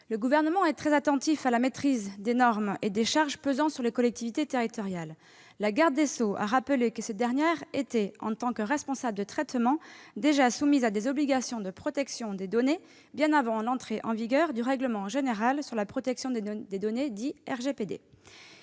le Gouvernement est très attentif à la maîtrise des normes et des charges pesant sur les collectivités territoriales. Mme la garde des sceaux a rappelé que ces dernières étaient déjà soumises, en tant que responsables de traitements, à des obligations de protection des données, bien avant l'entrée en vigueur du règlement général sur la protection des données, le RGPD.